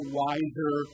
wiser